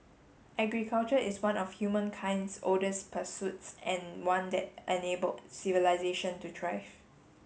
agriculture is one of humankind's oldest pursuits and one that enabled civilisation to thrive